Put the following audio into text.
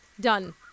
done